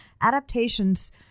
Adaptations